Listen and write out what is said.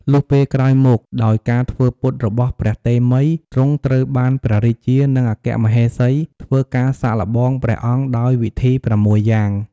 លុះពេលក្រោយមក ដោយការធ្វើពុតរបស់ព្រះតេមិយ ទ្រង់ត្រូវបានព្រះរាជា និងអគ្គមហេសីធ្វើការសាកល្បងព្រះអង្គដោយវិធី៦យ៉ាង។